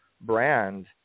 brand